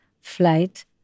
flight